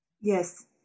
Yes